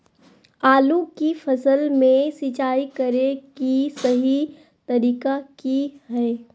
आलू की फसल में सिंचाई करें कि सही तरीका की हय?